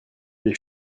les